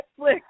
netflix